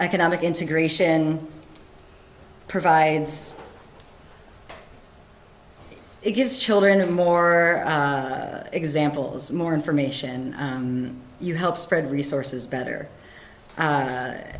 economic integration provides it gives children more examples more information you help spread resources better